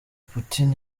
putin